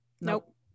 Nope